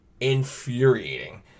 infuriating